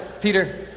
Peter